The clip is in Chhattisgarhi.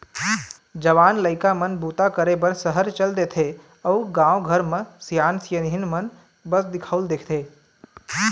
जवान लइका मन बूता करे बर सहर चल देथे अउ गाँव घर म सियान सियनहिन मन बस दिखउल देथे